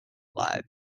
live